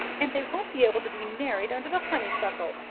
and they won't be able to be married under the honeysuckle.